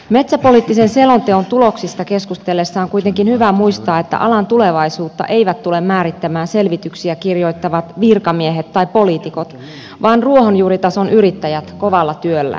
metsäpoliittisen selonteon tuloksista keskustellessa on kuitenkin hyvä muistaa että alan tulevaisuutta eivät tule määrittämään selvityksiä kirjoittavat virkamiehet tai poliitikot vaan ruohonjuuritason yrittäjät kovalla työllään